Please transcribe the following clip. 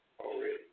already